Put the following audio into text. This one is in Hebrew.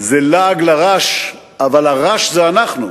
זה לעג לרש, אבל הרש זה אנחנו.